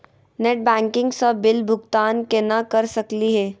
Net banking स bill भुगतान केना कर सकली हे?